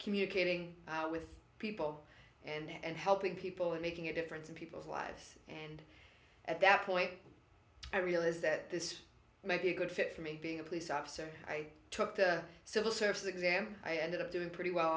communicating with people and helping people and making a difference in people's lives and at that point i realized that this might be a good fit for me being a police officer i took the civil service exam i ended up doing pretty well